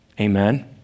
Amen